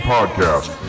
Podcast